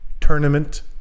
tournament